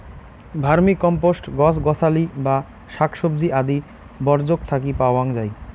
vermicompost গছ গছালি বা শাকসবজি আদি বর্জ্যক থাকি পাওয়াং যাই